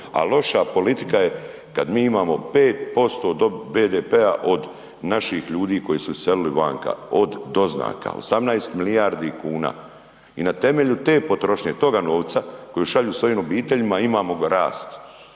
a loša politika je kad mi imamo 3% BDP-a od naših ljudi koji su iselili vanka od doznaka, 18 milijardi kuna. I na temelju te potrošnje, toga novca koji šalju svojim obiteljima, imamo rast.